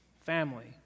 family